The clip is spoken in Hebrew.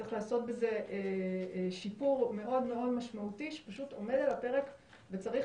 צריך לעשות בזה שיפור משמעותי מאוד שפשוט עומד על הפרק וצריך